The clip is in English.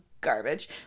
garbage